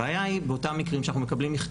הבעיה היא באותם מקרים שאנחנו מקבלים מכתב,